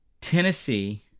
Tennessee